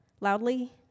loudly